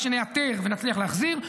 מה שנאתר ונצליח להחזיר,